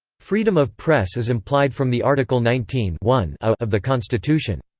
freedom of press is implied from the article nineteen one a of the constitution.